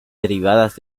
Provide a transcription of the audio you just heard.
derivadas